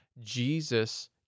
Jesus